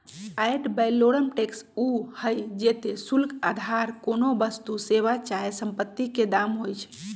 ad valorem tax उ हइ जेते शुल्क अधार कोनो वस्तु, सेवा चाहे सम्पति के दाम होइ छइ